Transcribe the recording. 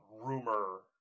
rumor